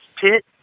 pit